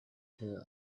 her